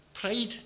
Pride